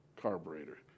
carburetor